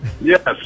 yes